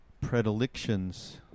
predilections